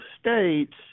states